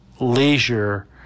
leisure